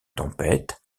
tempête